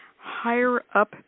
higher-up